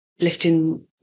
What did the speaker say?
lifting